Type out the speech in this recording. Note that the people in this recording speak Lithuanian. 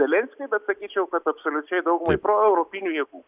zelenskiui bet sakyčiau kad absoliučiai daugumai proeuropinių jėgų